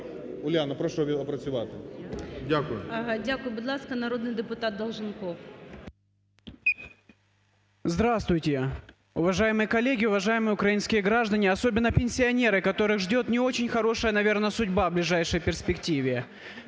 Уляно, прошу опрацювати. Дякую. ГОЛОВУЮЧИЙ. Дякую. Будь ласка, народний депутат Долженков. 10:27:52 ДОЛЖЕНКОВ О.В. Здравствуйте, уважаемые коллеги, уважаемые украинские граждане! Особенно пенсионеры, которых ждет не очень хорошая, наверное, судьба в ближайшей перспективе.